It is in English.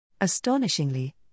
Astonishingly